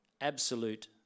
absolute